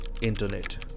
internet